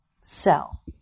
sell